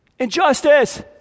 Injustice